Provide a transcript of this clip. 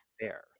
fair